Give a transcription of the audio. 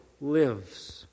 lives